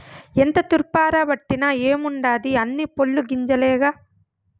ఎంత తూర్పారబట్టిన ఏముండాది అన్నీ పొల్లు గింజలేగా